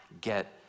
get